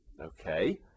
Okay